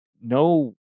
no